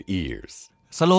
ears